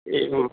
एवम्